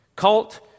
cult